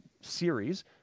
series